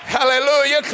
Hallelujah